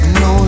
no